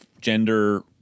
gender